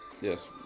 yes